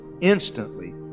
Instantly